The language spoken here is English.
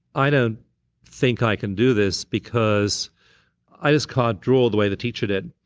i don't think i can do this, because i just can't draw the way the teacher did.